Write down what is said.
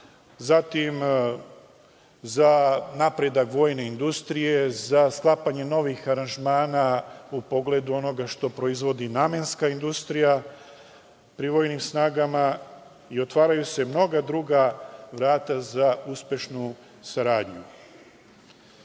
zatim, za napredak vojne industrije, za sklapanje novih aranžmana u pogledu onoga što proizvodi namenska industrija pri vojnim snagama i otvaraju se mnoga druga vrata za uspešnu saradnju. Iz